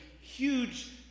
huge